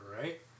right